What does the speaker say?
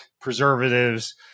preservatives